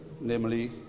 namely